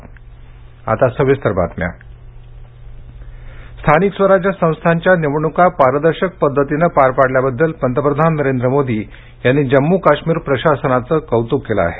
जम्म् काश्मीर स्थानिक स्वराज्य संस्थांच्या निवडणुका पारदर्शक पद्धतीने पार पाडल्याबद्दल पंतप्रधान नरेंद्र मोदी यांनी यांनी जम्मू काश्मीर प्रशासनाच कौतुक केलं आहे